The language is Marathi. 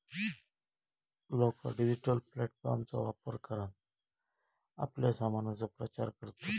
लोका डिजिटल प्लॅटफॉर्मचा वापर करान आपल्या सामानाचो प्रचार करतत